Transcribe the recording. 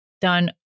done